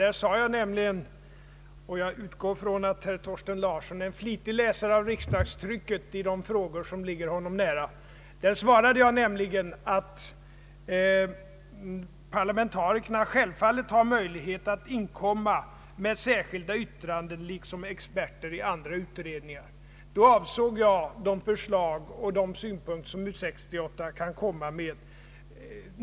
Jag svarade nämligen — och jag utgår ifrån att herr Thorsten Larsson är en flitig läsare av riksdagstrycket i de frågor som intresserar honom — att parlamentarikerna självfallet har möjlighet alt inkomma med särskilda yttranden, liksom experter i andra utredningar. Då avsåg jag de förslag och synpunkter som U68 kunde komma med.